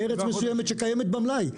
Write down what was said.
מארץ מסוימת שקיימת במלאי.